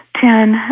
Ten